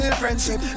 friendship